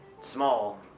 small